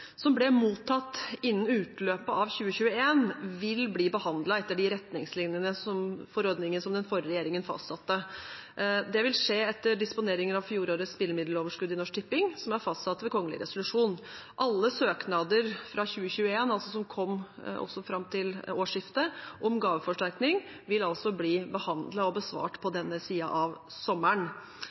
som ble mottatt innen utløpet av 2021, vil bli behandlet etter de retningslinjene for ordningen som den forrige regjeringen fastsatte. Det vil skje etter disponeringer av fjorårets spillemiddeloverskudd i Norsk Tipping som er fastsatt ved kongelig resolusjon. Alle søknader om gaveforsterkningsordningen fra 2021 som kom fram til årsskiftet, vil bli behandlet og besvart på denne siden av sommeren.